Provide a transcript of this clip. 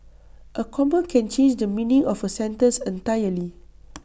A comma can change the meaning of A sentence entirely